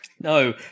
No